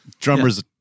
Drummer's